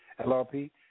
LRP